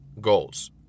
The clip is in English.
goals